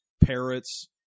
parrots